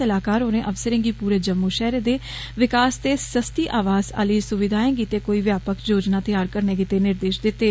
सलाहकार होरें अफसरें गी पूरे जम्मू शैहरें दे विकास ते सस्ती आवास आह्ली सुविघाए गित्तै कोइ व्यापक योजना तयार करने गित्तै निर्देश दित्ते